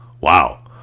Wow